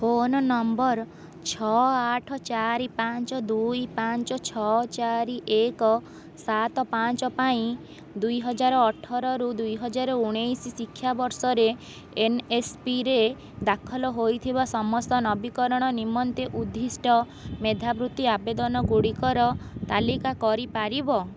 phone number ଛଅ ଆଠ ଚାରି ପାଞ୍ଚ ଦୁଇ ପାଞ୍ଚ ଛଅ ଚାରି ଏକ ସାତ ପାଞ୍ଚ ପାଇଁ ଦୁଇହଜାର ଅଠରରୁ ଦୁଇହଜାର ଉଣେଇଶ ଶିକ୍ଷାବର୍ଷରେ ଏନ୍ଏସ୍ପିରେ ଦାଖଲ ହୋଇଥିବା ସମସ୍ତ ନବୀକରଣ ନିମନ୍ତେ ଉଦ୍ଧିଷ୍ଟ ମେଧାବୃତ୍ତି ଆବେଦନଗୁଡ଼ିକର ତାଲିକା କରି ପାରିବ